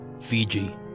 Fiji